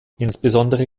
insbesondere